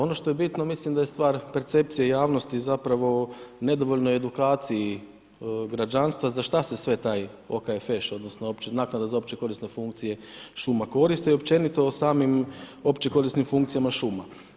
Ono što je bitno, mislim da je stvar percepcije javnosti i zapravo o nedovoljnoj edukaciji građanstva za šta se sve taj OKFŠ odnosno naknada za opće korisne funkcije šuma koriste i općenito o samim opće korisnim funkcijama šuma.